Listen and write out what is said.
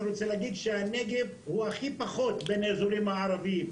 ואני רוצה להגיד שהנגב הוא הכי נמוך בין האזורים הערביים.